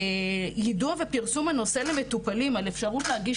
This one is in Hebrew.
יידוע ופרסום הנושא למטופלים על אפשרות להגיש